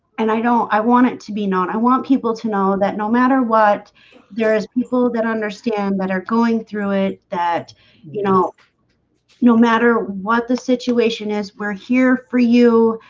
and i don't i want it to be not i want people to know that no matter what there is people that understand that are going through it that you know no matter what the situation is. we're here for you